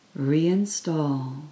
Reinstall